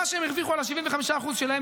מה שהם הרוויחו על ה-75% שלהם,